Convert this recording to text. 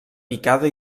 picada